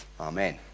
amen